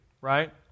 right